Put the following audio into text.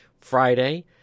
Friday